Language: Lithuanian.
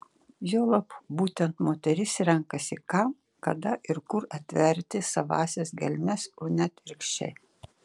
juolab būtent moteris renkasi kam kada ir kur atverti savąsias gelmes o ne atvirkščiai